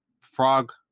frog